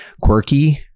quirky